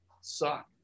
suck